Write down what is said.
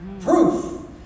Proof